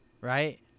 Right